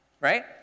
right